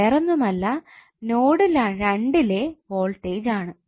വേറൊന്നുമല്ല നോഡ് 2 ലെ വോൾടേജ് ആണ്